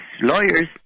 lawyers